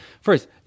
First